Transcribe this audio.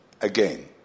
again